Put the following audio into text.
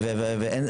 אתה צודק,